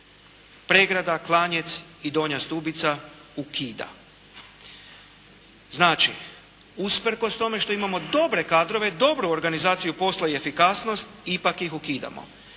Pregrada, Klanjec i Donja Stubica ukida. Znači, usprkos tome što imamo dobre kadrove, dobru organizaciju posla i efikasnost ipak ih ukidamo.